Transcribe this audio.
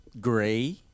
gray